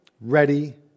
ready